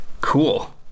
cool